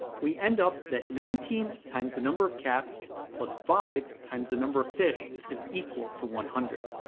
we end up that nineteen times the number of cats plus five times the number of fish is equal to one hundred.